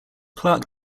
clark